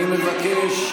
אני מבקש.